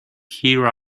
here